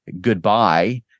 goodbye